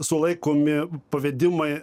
sulaikomi pavedimai